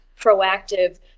proactive